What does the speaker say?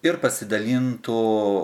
ir pasidalintų